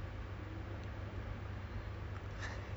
it's a horror game horror survival game